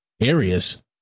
areas